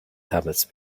tablets